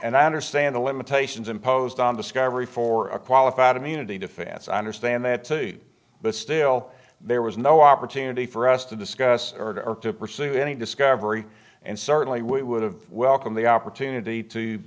and i understand the limitations imposed on discovery for a qualified immunity defense i understand that but still there was no opportunity for us to discuss or to pursue any discovery and certainly we would have welcomed the opportunity to